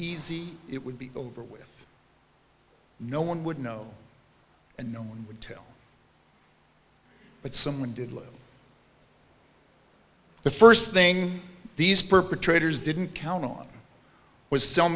easy it would be over with no one would know and no one would tell but someone did look the first thing these perpetrators didn't count on was